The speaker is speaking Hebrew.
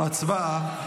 הצבעה.